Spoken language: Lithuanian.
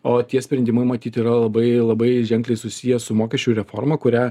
o tie sprendimai matyt yra labai labai ženkliai susiję su mokesčių reforma kurią